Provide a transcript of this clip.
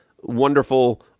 wonderful